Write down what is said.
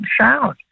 sound